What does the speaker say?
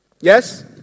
Yes